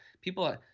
people